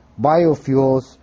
biofuels